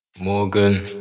Morgan